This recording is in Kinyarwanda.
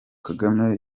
kagame